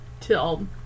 Till